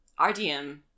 RDM